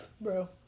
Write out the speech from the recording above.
Bro